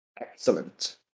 Excellent